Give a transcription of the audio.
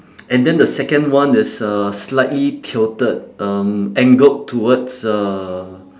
and then the second one is uh slightly tilted um angled towards uh